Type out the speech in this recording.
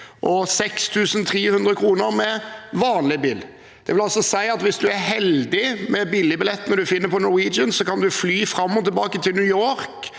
og 6 300 kr med vanlig bil. Det vil altså si at hvis man er heldig med billigbillettene man finner på Norwegian, kan man fly fram og tilbake til New York